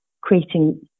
creating